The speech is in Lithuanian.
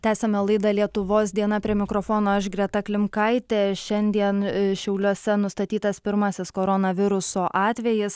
tęsiame laidą lietuvos diena prie mikrofono aš greta klimkaitė šiandien šiauliuose nustatytas pirmasis koronaviruso atvejis